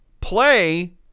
play